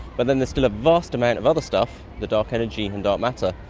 but then there's still a vast amount of other stuff, the dark energy and dark matter,